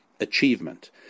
Achievement